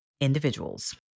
Individuals